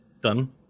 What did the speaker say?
Done